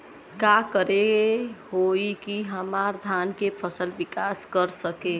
का करे होई की हमार धान के फसल विकास कर सके?